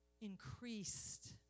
increased